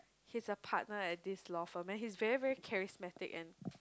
he's a partner at this law firm and he's very very charismatic and